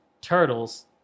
turtles